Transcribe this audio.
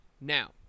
Now